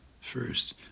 First